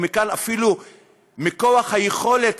ומכאן אפילו מכוח היכולת,